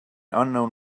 unknown